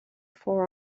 for